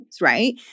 right